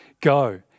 go